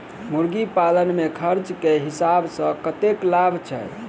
मुर्गी पालन मे खर्च केँ हिसाब सऽ कतेक लाभ छैय?